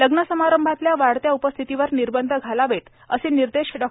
लग्नसमारंभातल्या वाढत्या उपस्थितीवर निर्बंध घालावेत असे निर्देश डॉ